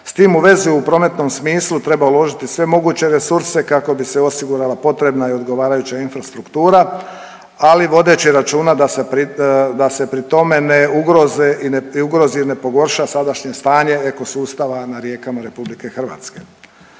S tim u vezi u prometnom smislu treba uložiti sve moguće resurse kako bi se osigurala potrebna i odgovarajuća infrastruktura, ali vodeći računa da se pri tome ne ugroze, ne ugrozi i ne pogorša sadašnje strane ekosustava na rijekama RH. Ova